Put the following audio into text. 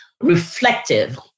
reflective